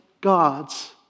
God's